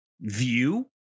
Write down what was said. view